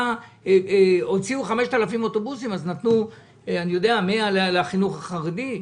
מתוך 5,000 אוטובוסים שהוציאו נתנו 100 לחינוך החרדי.